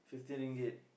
fifty ringgit